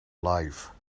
life